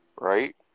right